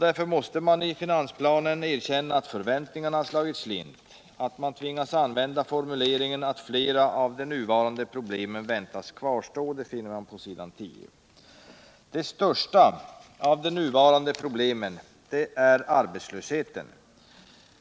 Därför måste man i finansplanen erkänna att förväntningarna slagit slint, och man tvingas använda formuleringen att flera av de nuvarande problemen väntas kvarstå — det finner man på s. 10. Det största av ”de nuvarande problemen” är arbetslösheten.